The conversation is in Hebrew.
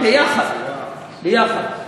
כן, יחד, יחד.